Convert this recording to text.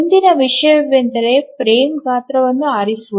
ಮುಂದಿನ ವಿಷಯವೆಂದರೆ ಫ್ರೇಮ್ ಗಾತ್ರವನ್ನು ಆರಿಸುವುದು